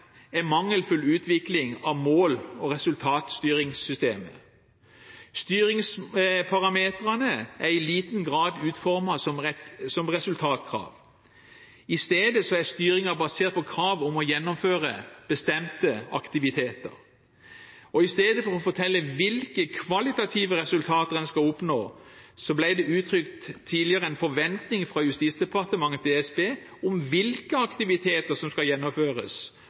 er mangelfull utvikling av mål- og resultatstyringssystemet. Styringsparameterne er i liten grad utformet som resultatkrav. I stedet er styringen basert på krav om å gjennomføre bestemte aktiviteter. I stedet for å fortelle hvilke kvalitative resultater en skal oppnå, ble det tidligere uttrykt en forventning fra Justisdepartementet til DSB om hvilke aktiviteter som skal gjennomføres,